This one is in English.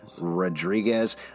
Rodriguez